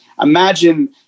imagine